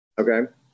Okay